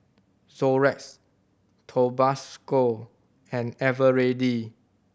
Xorex Tabasco and Eveready